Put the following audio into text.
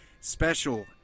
Special